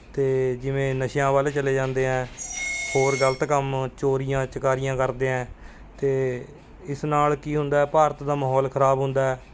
ਅਤੇ ਜਿਵੇਂ ਨਸ਼ਿਆਂ ਵੱਲ ਚਲੇ ਜਾਂਦੇ ਹੈ ਹੋਰ ਗਲਤ ਕੰਮ ਚੋਰੀਆਂ ਚਕਾਰੀਆਂ ਕਰਦੇ ਹੈ ਅਤੇ ਇਸ ਨਾਲ ਕੀ ਹੁੰਦਾ ਭਾਰਤ ਦਾ ਮਾਹੌਲ ਖਰਾਬ ਹੁੰਦਾ